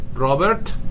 Robert